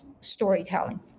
storytelling